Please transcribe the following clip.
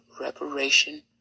reparation